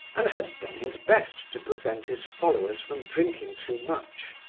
and had done his best to prevent his followers from drinking too much.